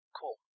Cool